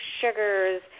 sugars